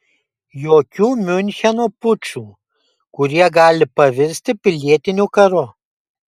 jokių miuncheno pučų kurie gali pavirsti pilietiniu karu